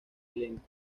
elenco